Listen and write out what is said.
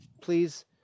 please